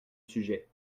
sujet